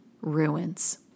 ruins